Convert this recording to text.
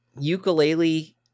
ukulele